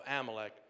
Amalek